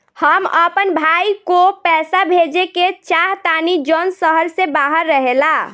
हम अपन भाई को पैसा भेजे के चाहतानी जौन शहर से बाहर रहेला